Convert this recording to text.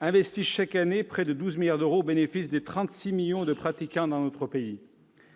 investissent chaque année près de 12 milliards d'euros au bénéfice des 36 millions de pratiquants de notre pays.